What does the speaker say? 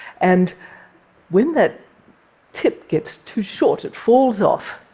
and when that tip gets too short, it falls off,